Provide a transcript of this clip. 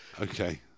Okay